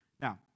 Now